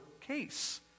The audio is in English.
case